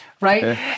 right